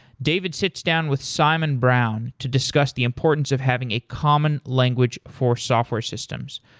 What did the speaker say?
david sits down with simon brown to discuss the importance of having a common language for software systems.